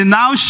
now